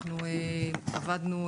אנחנו עברנו,